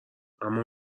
اما